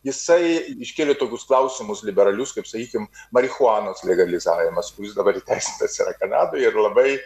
jisai iškėlė tokius klausimus liberalius kaip sakykim marihuanos legalizavimas kuris dabar įteisintas yra kanadoje ir labai